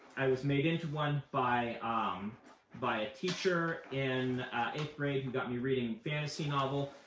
i was made into one by um by a teacher in eighth grade who got me reading a fantasy novel,